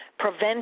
prevent